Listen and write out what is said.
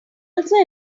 also